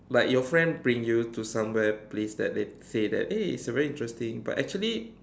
like your friend bring you to somewhere place that they say that eh it's a very interesting but actually